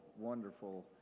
wonderful